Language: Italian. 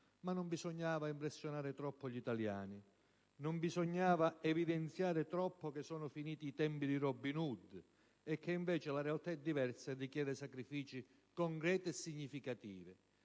Ma non bisognava impressionare troppo gli italiani. Non bisognava evidenziare troppo che sono i finiti i tempi di Robin Hood e che, invece, la realtà è diversa e richiede sacrifici concreti e significativi.